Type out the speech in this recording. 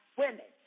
women